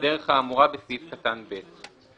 בדרך האמורה בסעיף קטן (ב).